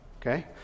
Okay